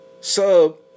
sub